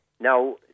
Now